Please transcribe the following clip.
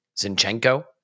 Zinchenko